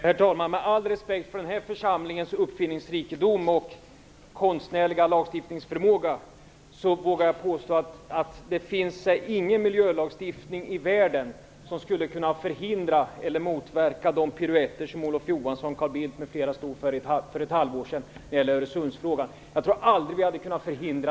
Herr talman! Med all respekt för den här församlingens uppfinningsrikedom och konstnärliga lagstiftningsförmåga vågar jag påstå att det inte finns någon miljölagstiftning i världen som skulle ha kunnat förhindra eller motverka de piruetter när det gäller för ett halvår sedan stod för. Jag tror aldrig att vi hade kunnat förhindra.